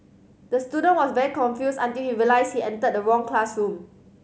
the student was very confused until he realised he entered the wrong classroom